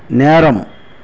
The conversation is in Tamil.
நேரம்